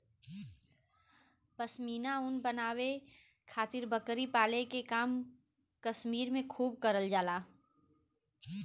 पश्मीना ऊन बनावे खातिर बकरी पाले के काम कश्मीर में खूब करल जाला